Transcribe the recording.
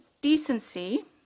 decency